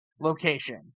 location